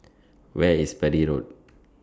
Where IS Parry Road